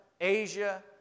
Asia